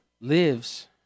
lives